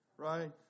Right